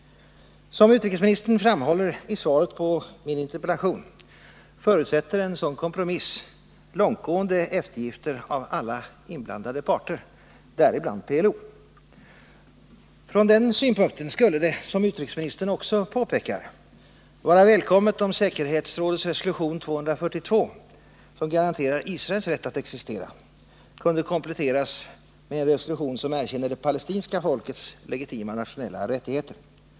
Som utrikesministern framhåller i svaret på min interpellation förutsätter en sådan kompromiss långtgående eftergifter av alla inblandade parter, däribland PLO. Från den synpunkten skulle det, som utrikesministern också påpekar, vara välkommet om säkerhetsrådets resolution 242, som garanterar Israels rätt att existera, kunde kompletteras med en resolution som erkänner det palestinska folkets legitima nationella rättigheter.